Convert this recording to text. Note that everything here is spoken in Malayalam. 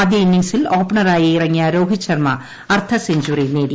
ആദ്യ ഇന്നിംഗ്സിൽ ഓപ്പണറായി ് ഇറങ്ങിയ രോഹിത് ശർമ്മ അർദ്ധ സെഞ്ചറി നേടി